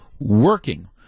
working